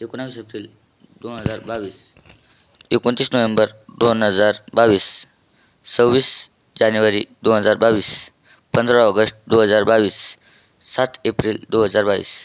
एकोणवीस एप्रिल दोन हजार बावीस एकोणतीस नोव्हेंबर दोन हजार बावीस सव्वीस जानेवारी दोन हजार बावीस पंधरा ऑगस्ट दोन हजार बावीस सात एप्रिल दोन हजार बावीस